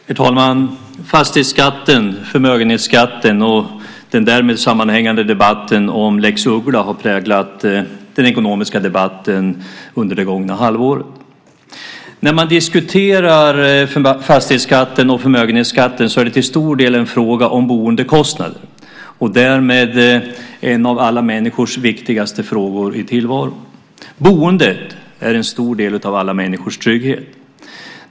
Herr talman! Fastighetsskatten, förmögenhetsskatten och den därmed sammanhängande debatten om lex Uggla har präglat den ekonomiska debatten under det gångna halvåret. När man diskuterar fastighetsskatten och förmögenhetsskatten är det till stor del en fråga om boendekostnader och därmed om en av de allra viktigaste frågorna i människors tillvaro. Boendet är en stor del av alla människors trygghet.